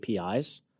APIs